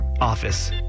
office